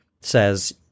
says